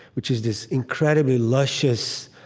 which is this incredibly luscious,